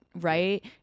right